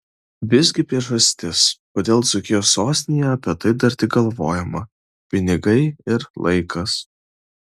visgi priežastis kodėl dzūkijos sostinėje apie tai dar tik galvojama pinigai ir laikas